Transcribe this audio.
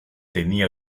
tenía